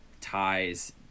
ties